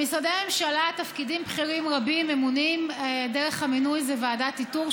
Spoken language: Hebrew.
במשרדי ממשלה בתפקידים בכירים רבים דרך המינוי היא ועדת איתור,